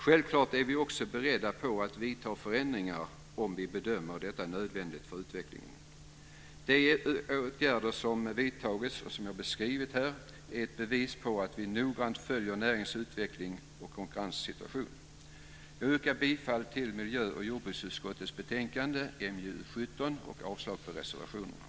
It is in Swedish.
Självklart är vi också beredda att göra förändringar om vi bedömer detta som nödvändigt för utvecklingen. De åtgärder som vidtagits, och som jag har beskrivit här, är bevis på att vi noggrant följer näringens utveckling och konkurrenssituation. Jag yrkar bifall till miljö och jordbruksutskottets förslag i betänkandet MJU17 och avslag på reservationerna.